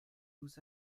nous